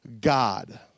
God